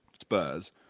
Spurs